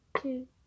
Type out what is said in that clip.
two